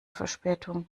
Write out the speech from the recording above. verspätung